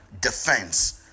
defense